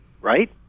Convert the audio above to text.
Right